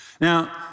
Now